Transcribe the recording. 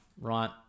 right